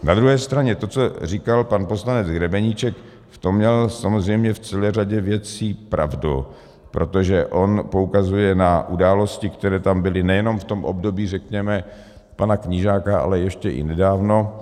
Na druhé straně to, co říkal pan poslanec Grebeníček, v tom měl samozřejmě v celé řadě věcí pravdu, protože on poukazuje na události, které tam byly nejenom v tom období, řekněme, pana Knížáka, ale ještě i nedávno.